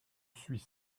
suis